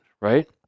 right